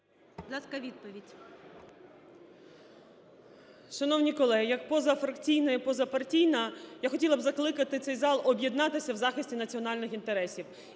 Дякую.